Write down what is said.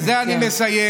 ובזה אני מסיים,